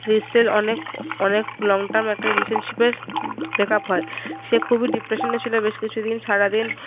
লিস্টের অনেক অনেক লং টার্ম একটা রিলেশনশিপের ব্রেক আপ হয় সে খুবই ডিপ্রেশনে ছিল বেশ কিছুদিন সারাদিন